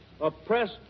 oppressed